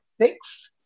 six